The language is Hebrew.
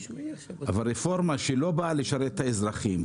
לא דוברו ולא נדונו ובאים להכות בחקלאים.